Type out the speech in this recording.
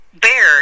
bear